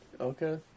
Okay